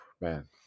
man